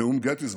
נאום גטיסברג,